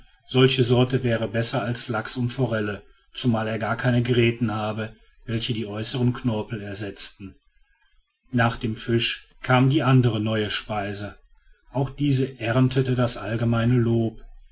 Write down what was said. solche sorte wäre besser als lachs und forelle zumal er gar keine gräten habe welche die äußeren knorpel ersetzen nach dem fisch kam die andere neue speise auch diese erntete das allgemeine lob